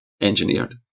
engineered